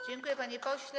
Dziękuję, panie pośle.